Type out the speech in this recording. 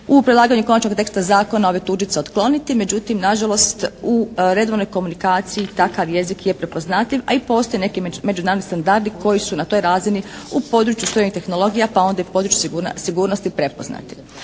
u predlaganju Konačnog teksta zakona ove tuđice otkloniti međutim nažalost u redovnoj komunikaciji takav jezik je prepoznatljiv a i postoje neki međunarodni standardi koji su na toj razini u području … /Govornica se ne razumije./ … tehnologija pa onda i u području sigurnosti prepoznati.